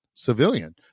civilian